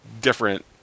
different